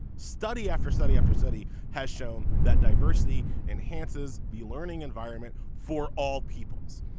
study after study after study has shown that diversity enhances the learning environment for all peoples.